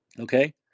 Okay